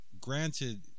granted